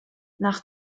nach